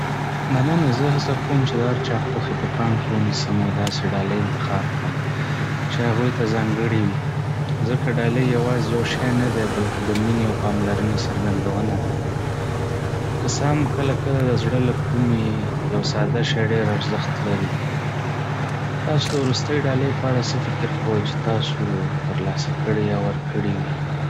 مننه! زه هڅه کوم چې د هر چا خوښي په پام کې ونیسم او داسې ډالۍ انتخاب کړم چې هغوی ته ځانګړې وي. ځکه ډالۍ یوازې یو شی نه دی، بلکه د مینې او پاملرنې څرګندونه ده. که څه هم کله کله د زړه له کومې یو ساده شی ډېر ارزښت لري. تاسو د وروستۍ ډالۍ په اړه څه فکر کوئ چې تاسو ترلاسه کړې یا ورکړې وي؟